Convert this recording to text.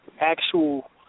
actual